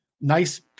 Nice